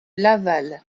laval